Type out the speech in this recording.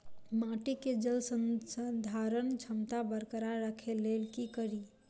माटि केँ जलसंधारण क्षमता बरकरार राखै लेल की कड़ी?